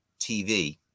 TV